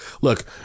look